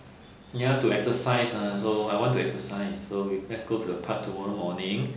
ya to exercise ah so I want to exercise so let's go to the park tomorrow morning